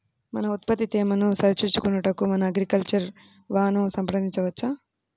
మన ఉత్పత్తి తేమను సరిచూచుకొనుటకు మన అగ్రికల్చర్ వా ను సంప్రదించవచ్చా?